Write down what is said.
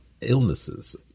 illnesses